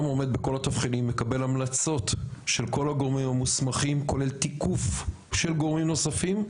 ומקבל המלצות של כל הגורמים המוסמכים כולל תיקוף של גורמים נוספים,